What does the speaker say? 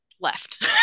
left